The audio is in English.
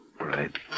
Right